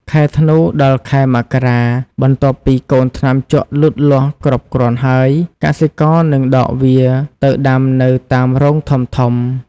ខែធ្នូ ដល់ ខែមករា បន្ទាប់ពីកូនថ្នាំជក់លូតលាស់គ្រប់គ្រាន់ហើយ កសិករនឹងដកវាទៅដាំនៅតាមរងធំៗ។